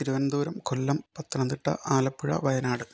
Thiruvananthapuram Kollam Pathanamthitta Alappuzha Wayanad